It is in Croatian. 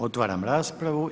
Otvaram raspravu.